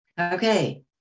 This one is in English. Okay